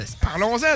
Parlons-en